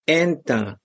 enter